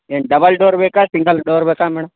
ಏನು double door ಬೇಕಾ single door ಬೇಕಾ ಮೇಡಮ್